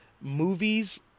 movies